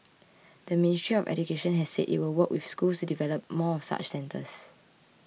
the Ministry of Education has said it will work with schools to develop more such centres